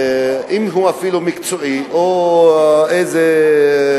גם אם הוא מקצועי, או יועץ,